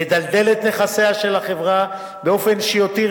לדלדל את נכסיה של החברה באופן שיותיר